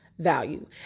value